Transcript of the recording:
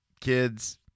kids